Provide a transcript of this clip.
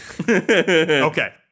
Okay